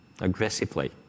aggressively